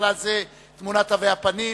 ובכלל זה תמונת תווי הפנים,